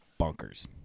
bonkers